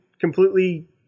completely